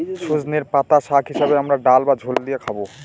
সজনের পাতা শাক হিসেবে আমরা ডাল বা ঝোলে দিয়ে খাবো